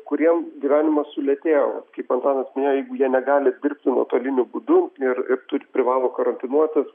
kuriem gyvenimas sulėtėjo kaip antanas minėjo jeigu jie negali dirbti nuotoliniu būdu ir ir turi privalo karantinuotis